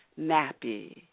nappy